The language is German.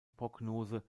prognose